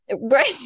Right